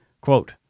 Quote